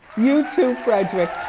you too, frederick.